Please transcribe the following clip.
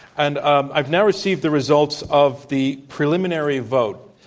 and um i've now received the results of the preliminary vote,